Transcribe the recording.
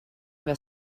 were